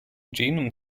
genome